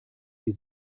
die